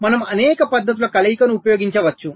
మనము అనేక పద్ధతుల కలయికను ఉపయోగించవచ్చు